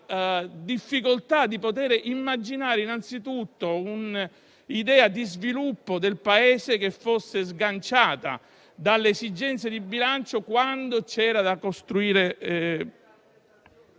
difficoltà di poter immaginare innanzitutto un'idea di sviluppo del Paese che fosse sganciata dalle esigenze di bilancio, quando c'era da costruire...